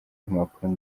impapuro